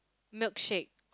milkshake